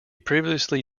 previously